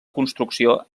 construcció